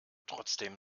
trotzdem